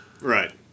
Right